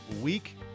week